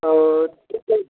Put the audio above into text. और ठीक है